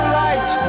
light